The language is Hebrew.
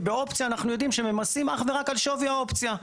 כי באופציה אנחנו יודעים שממסים אך ורק על שווי האופציה.